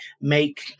make